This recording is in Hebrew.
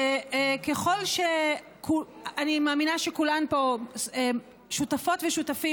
אני מאמינה שכולם פה שותפות ושותפים